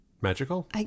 magical